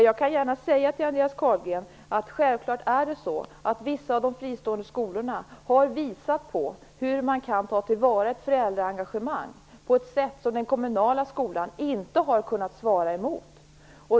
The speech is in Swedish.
Jag kan gärna säga till Andreas Carlgren att det självklart är så att vissa av de fristående skolorna har visat hur man kan ta till vara ett föräldraengagemang, på ett sätt som den kommunala skolan inte har kunnat svara mot.